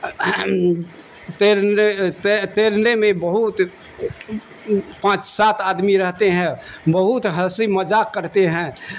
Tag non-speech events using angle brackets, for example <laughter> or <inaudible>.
<unintelligible> تیرنے تیرنے میں بہت پانچ سات آدمی رہتے ہیں بہت ہنسی مذاق کرتے ہیں